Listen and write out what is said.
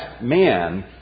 man